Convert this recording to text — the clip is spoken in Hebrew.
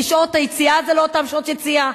כי שעות היציאה זה לא אותן שעות יציאה,